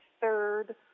third